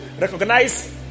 recognize